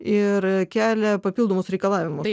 ir kelia papildomus reikalavimus